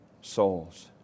souls